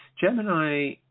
Gemini